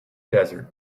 desert